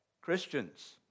Christians